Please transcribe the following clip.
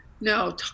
No